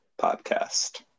podcast